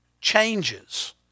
changes